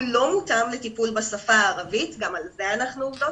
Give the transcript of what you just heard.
הוא לא מותאם לטיפול בשפה הערבית - וגם על זה אנחנו עובדות,